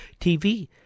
TV